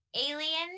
Alien